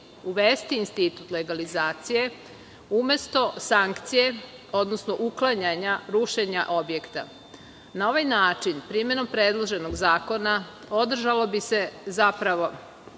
uvesti institut legalizacije umesto sankcije, odnosno uklanjanja rušenja objekta. Na ovaj način, primenom predloženog zakona, održalo bi se faktičko